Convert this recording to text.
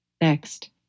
Next